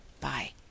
Bye